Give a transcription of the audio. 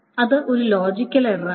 അത് ഒരു ലോജിക്കൽ എററാണ്